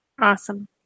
awesome